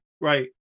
Right